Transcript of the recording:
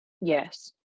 yes